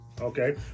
Okay